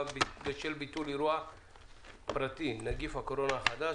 בשל ביטול אירוע פרטי (נגיף הקורונה החדש),